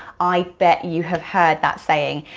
i bet you have heard that saying.